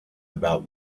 about